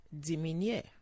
diminuer